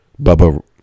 Bubba